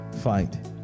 fight